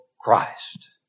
Christ